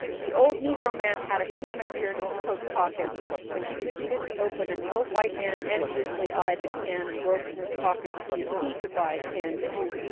the old negro man had a can of beer in his coat pocket which he proceeded to open and the old white man enviously eyed the can and groped in his pocket to see if he could buy a can too.